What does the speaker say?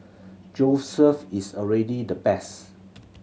Joseph is already the best